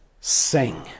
sing